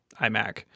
imac